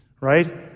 right